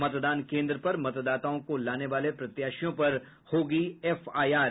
मतदान केन्द्र पर मतदाताओं को लाने वाले प्रत्याशियों पर होगी एफआईआर